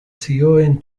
zioen